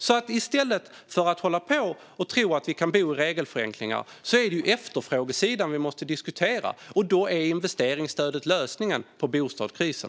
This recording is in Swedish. I stället för att hålla på och tro att vi kan bo i regelförenklingar är det efterfrågesidan vi måste diskutera. Och då är investeringsstödet lösningen på bostadskrisen.